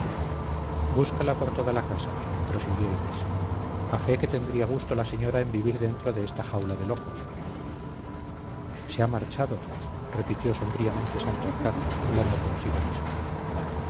búscala por toda la casa prosiguió inés a fe que tendría gusto la señora en vivir dentro de esta jaula de locos se ha marchado repitió sombríamente santorcaz hablando consigo mismo